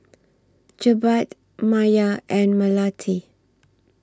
Jebat Maya and Melati